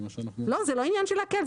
זה לא עניין של להקל.